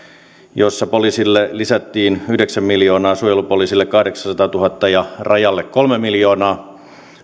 poliisille lisättiin yhdeksän miljoonaa suojelupoliisille kahdeksansataatuhatta euroa ja rajalle kolme miljoonaa